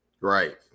Right